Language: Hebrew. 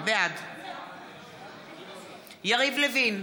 בעד אורלי לוי אבקסיס, אינה נוכחת יריב לוין,